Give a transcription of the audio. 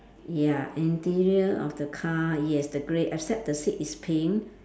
ya interior of the car yes the grey except the seat is pink